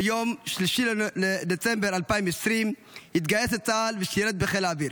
ביום 3 בדצמבר 2020 התגייס לצה"ל ושירת בחיל האוויר.